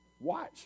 Watch